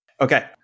Okay